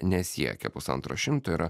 nesiekia pusantro šimto yra